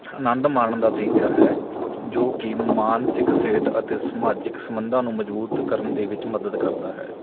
ਆਨੰਦ ਮਾਣਨ ਦਾ ਤਰੀਕਾ ਹੈ ਜੋ ਕਿ ਮਾਨਸਿਕ ਸਿਹਤ ਅਤੇ ਸਮਾਜਿਕ ਸੰਬੰਧਾਂ ਨੂੰ ਮਜ਼ਬੂਤ ਕਰਨ ਦੇ ਵਿੱਚ ਮਦਦ ਕਰਦਾ ਹੈ